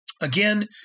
Again